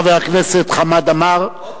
חבר הכנסת חמד עמאר,